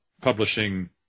publishing